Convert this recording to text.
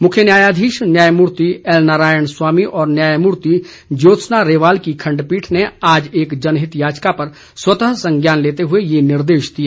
मुख्य न्यायाधीश न्यायमूर्ति एल नारायण स्वामी और न्यायमूर्ति ज्योत्सना रेवाल की खंडपीठ ने आज एक जनहित याचिका पर स्वतः संज्ञान लेते हुए यह निर्देश दिए